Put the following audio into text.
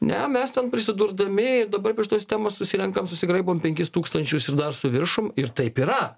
ne mes ten prisidurdami dabar prie šitos temos susirenkam susigraibom penkis tūkstančius ir dar su viršum ir taip yra